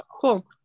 Cool